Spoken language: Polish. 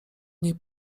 niej